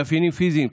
מאפיינים פיזיים,